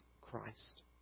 Christ